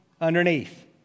underneath